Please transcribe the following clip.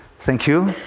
thank you.